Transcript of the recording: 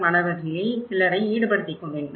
Arch மாணவர்களில் சிலரை ஈடுபடுத்திக் கொண்டேன்